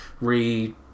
re